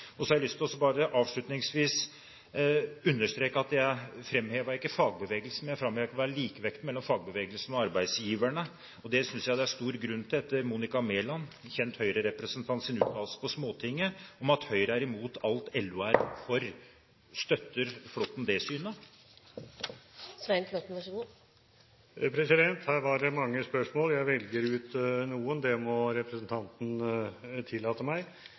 utgangspunkt. Så har jeg lyst til avslutningsvis å understreke at jeg framhevet ikke fagbevegelsen, jeg framhevet likevekten mellom fagbevegelsen og arbeidsgiverne. Det synes jeg det er stor grunn til etter at Monica Mæland, en kjent Høyre-representant, uttalte på Småtinget at Høyre er imot alt LO er for. Støtter Flåtten det synet? Her var det mange spørsmål. Jeg velger ut noen. Det må representanten tillate meg.